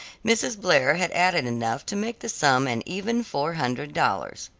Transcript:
mrs. blair had added enough to make the sum an even four hundred dollars.